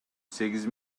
сегиз